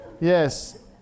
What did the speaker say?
Yes